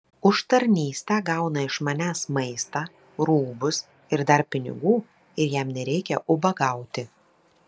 už tarnystę gauna iš manęs maistą rūbus ir dar pinigų ir jam nereikia ubagauti